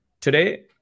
Today